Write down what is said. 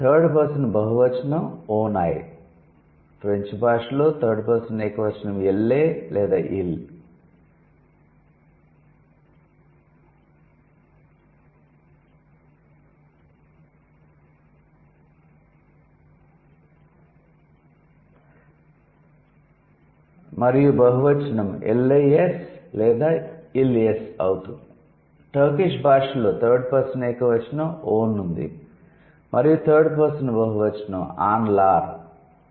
third person బహువచనం 'ఓన్ ఐ' ఫ్రెంచ్ భాషలో థర్డ్ పర్సన్ ఏకవచనం 'ఎల్లే లేదా ఇల్' మరియు బహువచనం 'ఎల్లే ఎస్ లేదా ఇల్ ఎస్' అవుతుంది టర్కిష్ భాషలో థర్డ్ పర్సన్ ఏకవచనం 'ఓన్' ఉంది మరియు థర్డ్ పర్సన్ బహువచనం 'ఆన్ లార్'